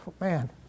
man